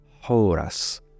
Horus